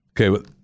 okay